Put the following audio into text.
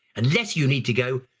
unless you need to go,